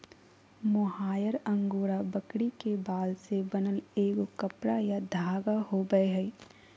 mohair angora बकरी के बाल से बनल एगो कपड़ा या धागा होबैय हइ